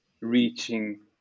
reaching